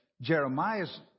Jeremiah's